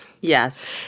Yes